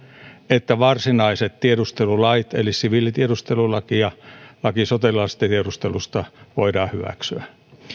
että varsinaiset tiedustelulait eli siviilitiedustelulaki ja laki sotilastiedustelusta voidaan hyväksyä